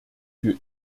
für